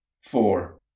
four